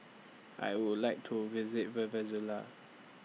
I Would like to visit Venezuela